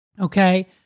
okay